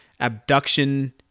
abduction